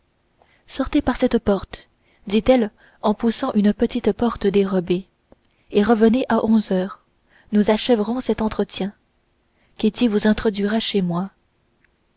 sortez par cette porte dit-elle en poussant une petit porte dérobée et revenez à onze heures nous achèverons cet entretien ketty vous introduira chez moi